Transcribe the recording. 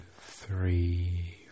three